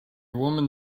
woman